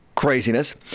Craziness